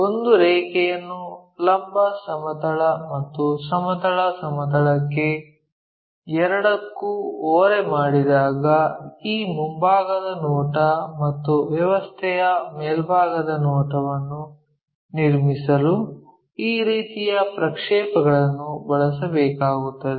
ಒಂದು ರೇಖೆಯನ್ನು ಲಂಬ ಸಮತಲ ಮತ್ತು ಸಮತಲ ಸಮತಲಕ್ಕೆ ಎರಡಕ್ಕೂ ಓರೆ ಮಾಡಿದಾಗ ಈ ಮುಂಭಾಗದ ನೋಟ ಮತ್ತು ವ್ಯವಸ್ಥೆಯ ಮೇಲ್ಭಾಗದ ನೋಟವನ್ನು ನಿರ್ಮಿಸಲು ಈ ರೀತಿಯ ಪ್ರಕ್ಷೇಪಗಳನ್ನು ಬಳಸಬೇಕಾಗುತ್ತದೆ